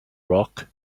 rock